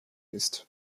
ist